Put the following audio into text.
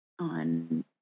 on